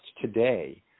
today